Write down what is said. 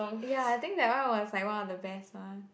ya I think that one was like one of the best ones